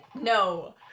No